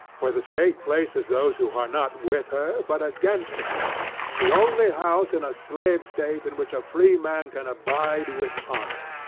where the state places those who are not with her, but against her the only house in a slave state in which a free man can abide with honor.